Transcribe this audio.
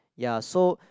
ya so